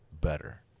better